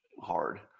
hard